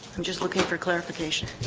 i'm just looking for clarification.